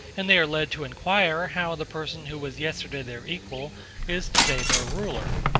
and they are led to inquire how the person who was yesterday their equal is to-day their ruler.